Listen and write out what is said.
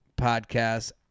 Podcast